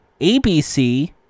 ABC